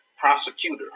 prosecutor